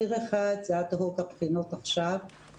ציר אחד זה אד-הוק הבחינות עכשיו,